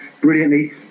brilliantly